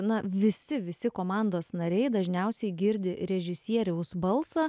na visi visi komandos nariai dažniausiai girdi režisieriaus balsą